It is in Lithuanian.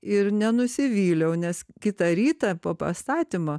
ir nenusivyliau nes kitą rytą po pastatymo